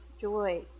joy